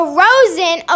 Frozen